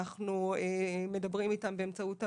אנחנו מדברים איתם באמצעות המייל,